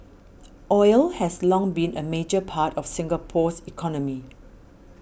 oil has long been a major part of Singapore's economy